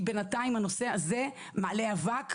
כי בינתיים הנושא הזה מעלה אבק,